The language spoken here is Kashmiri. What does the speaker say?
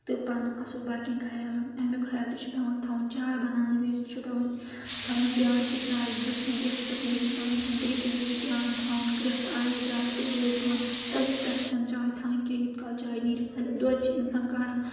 تہٕ پَنُن اَصٕل باقین خیالَن اَمیُک خیال تہِ چھُ پؠوان تھاوُن چاے بَناونہٕ وِز چھُ پیٚوان تھاوُن دیان کہِ چاے گٔژھ نہٕ گیسَس پؠٹھ نیٖرِتھ ژَلٕنۍ کینٛہہ گرٮ۪کہِ وِز چھُ دیان تھاوُن گرٛٮ۪کھ آیہِ چاے تہٕ وٲج بۄن تٔتھۍ پؠٹھ چھےٚ نہٕ چاے تھاوٕنۍ کینٛہہ یوٗت کال چاے نیٖرِتھ ژَلہِ دۄد چھِ اِنسان کارَن